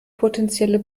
potenzielle